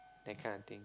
that kinda thing